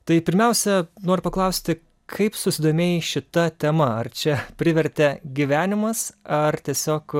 tai pirmiausia noriu paklausti kaip susidomėjai šita tema ar čia privertė gyvenimas ar tiesiog